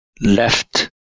left